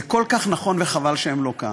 זה כל כך נכון, וחבל שהם לא כאן.